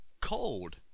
cold